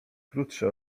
krótsze